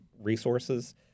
resources